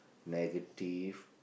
negative